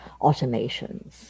automations